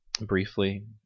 briefly